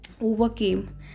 overcame